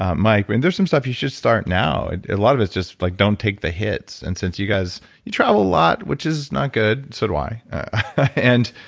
um mike, and there's some stuff you should start now. and a lot of it's just like, don't take the hits. and since you guys, you travel a lot, which is not good so do i. and